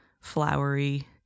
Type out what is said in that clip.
flowery